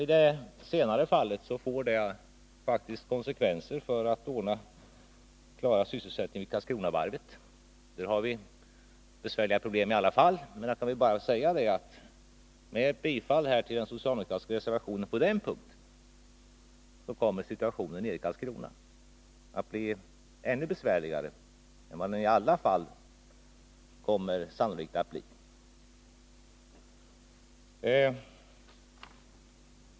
I det senare fallet får det faktiskt konsekvenser för sysselsättningen vid Karlskronavarvet, där vi har besvärliga problem i alla fall. Jag kan bara säga att med ett bifall till den socialdemokratiska reservationen på den punkten kommer situationen nere i Karlskrona att bli ännu besvärligare än vad den i alla fall sannolikt kommer att bli.